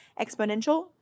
exponential